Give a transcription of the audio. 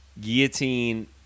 guillotine